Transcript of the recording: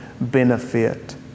benefit